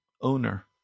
owner